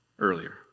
Earlier